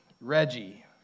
Reggie